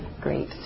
great